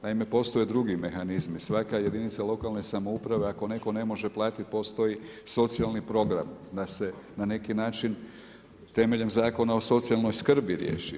Naime, postoje drugi mehanizmi, svaka jedinica lokalne samouprave, ako netko ne može platiti, postoji socijalni program, da se na neki način, temeljem Zakona o socijalnoj skrbi riješi.